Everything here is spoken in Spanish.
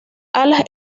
alas